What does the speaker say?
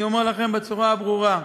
אני אומר לכם בצורה הברורה: